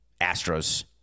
Astros